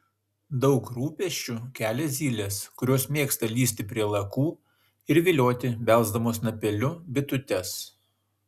daug rūpesčių kelia zylės kurios mėgsta lįsti prie lakų ir vilioti belsdamos snapeliu bitutes